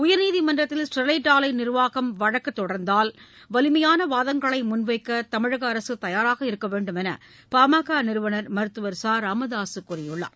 உயர்நீதிமன்றத்தில் ஸ்டெர்வைட் ஆலை நிர்வாகம் வழக்கு தொடர்ந்தால் வலிமையான வாதங்களை முன்வைக்க தமிழக அரசு தயாராக வேண்டும் என்று பாமக நிறுவனர் மருத்துவர் ச ராமதாசு கூறியுள்ளார்